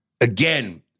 again